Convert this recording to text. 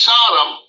Sodom